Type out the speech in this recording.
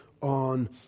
on